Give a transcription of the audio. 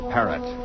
Parrot